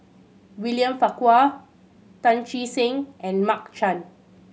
William Farquhar Tan Che Sang and Mark Chan